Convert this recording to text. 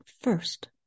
first